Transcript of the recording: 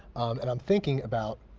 and i'm thinking about,